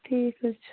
ٹھیٖک حظ چھُ